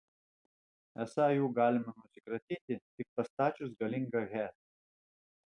esą jų galima nusikratyti tik pastačius galingą he